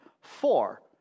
Four